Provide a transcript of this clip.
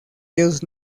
ellos